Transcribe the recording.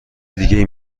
دیگه